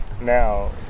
now